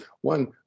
one